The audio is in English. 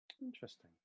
interesting